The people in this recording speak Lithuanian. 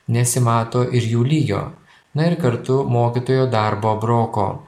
nesimato ir jų lygio na ir kartu mokytojo darbo broko